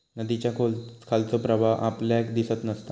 नदीच्या खालचो प्रवाह आपल्याक दिसत नसता